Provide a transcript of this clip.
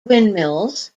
windmills